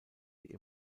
die